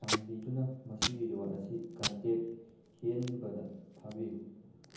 ꯆꯥꯟꯕꯤꯗꯨꯅ ꯃꯁꯤꯒꯤ ꯔꯤꯋꯥꯗ ꯑꯁꯤ ꯀꯟꯇꯦꯛ ꯍꯦꯟꯕꯗ ꯊꯥꯕꯤꯌꯨ